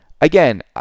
Again